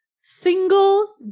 single